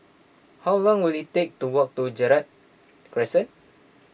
how long will it take to walk to Gerald Crescent